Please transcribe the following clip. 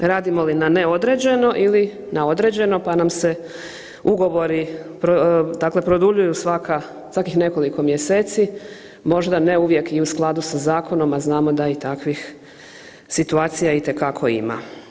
Radimo li na neodređeno na određeno pa nam se ugovori dakle produljuju svaka, svakih nekoliko mjeseci, možda ne uvijek i u skladu sa zakonom, a znamo da i takvih situacija itekako ima.